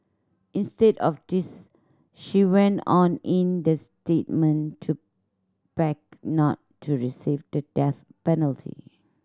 instead of this she went on in the statement to beg not to receive the death penalty